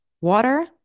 water